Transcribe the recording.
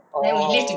oh